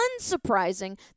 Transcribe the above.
unsurprising